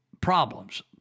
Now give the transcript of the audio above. problems